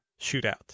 shootout